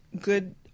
good